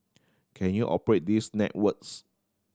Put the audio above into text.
can you operate these networks